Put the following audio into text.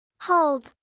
Hold